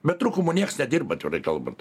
be trūkumų niekas nedirba atvirai kalbant